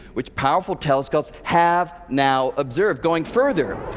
which powerful telescopes have now observed. going further,